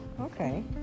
Okay